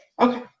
okay